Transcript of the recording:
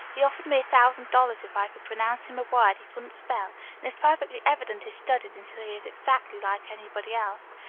he offered me a thousand dollars if i could pronounce him a word he couldn't spell and it's perfectly evident he's studied until he is exactly like anybody else.